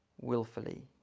willfully